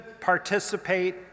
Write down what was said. participate